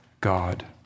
God